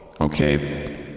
okay